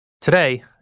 Today